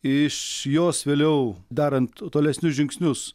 iš jos vėliau darant tolesnius žingsnius